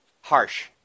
Harsh